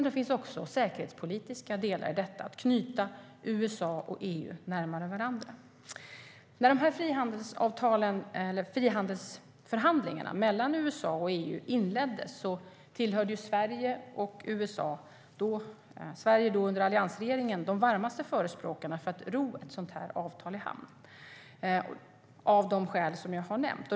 Det finns även säkerhetspolitiska delar i att knyta USA och EU närmare varandra. När frihandelsförhandlingarna mellan USA och EU inleddes hörde Sverige under alliansregeringen till de varmaste förespråkarna för att ro ett sådant här avtal i hamn, av de skäl som jag har nämnt.